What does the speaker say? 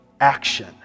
action